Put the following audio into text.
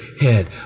head